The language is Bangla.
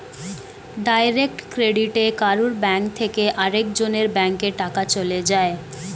ডাইরেক্ট ক্রেডিটে কারুর ব্যাংক থেকে আরেক জনের ব্যাংকে টাকা চলে যায়